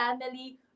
family